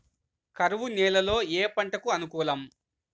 కరువు నేలలో ఏ పంటకు అనుకూలం?